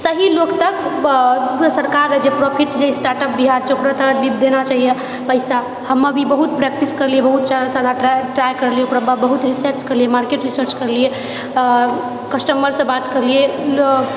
सहि लोग तक सरकार जे प्रॉफिट जे स्टार्ट अप बिहार छै ओकरा तऽ देना चाहिए पैसा हमे भी बहुत प्रैक्टिस करलियै बहुत सारा ट्राय करलियै ओकर बाद बहुत रिसर्च करलिए मार्केट रिसर्च करलिए आ कस्टमरसे बात करलिऐ